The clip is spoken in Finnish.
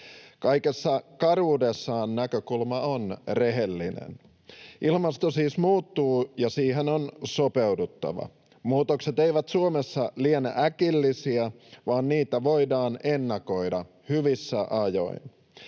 Kaikessa karuudessaan näkökulma on rehellinen. Ilmasto siis muuttuu, ja siihen on sopeuduttava. Muutokset eivät Suomessa liene äkillisiä, vaan niitä voidaan ennakoida hyvissä ajoin.